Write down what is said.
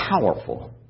powerful